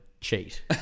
cheat